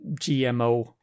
GMO